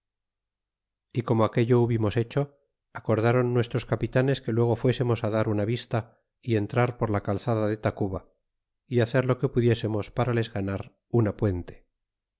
y como aquello hubimos hecho acordron nuestros capitanes que luego fuésemos dar una vista y entrar por la calzada de tacuba y hacer lo que pudiésemos para les ganar una puente